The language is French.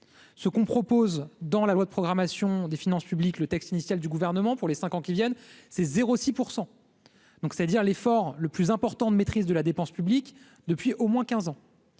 ce qu'on propose dans la loi de programmation des finances publiques, le texte initial du gouvernement pour les 5 ans qui viennent, c'est 0 6 % donc c'est dire l'effort le plus important de maîtrise de la dépense publique depuis au moins 15 ans